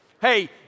hey